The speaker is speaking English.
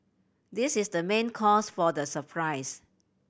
this is the main cause for the surprise